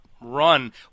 run